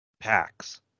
packs